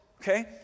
Okay